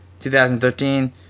2013